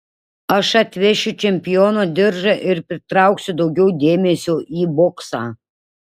aš atvešiu čempiono diržą ir pritrauksiu daugiau dėmesio į boksą